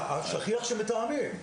השכיח הוא שמתואמים.